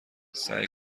سعی